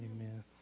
Amen